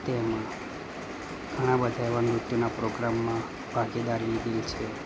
તેમાં ઘણાબધા એવા નૃત્યનાં પ્રોગ્રામમાં ભાગીદારી લીધી છે